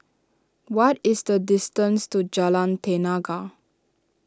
what is the distance to Jalan Tenaga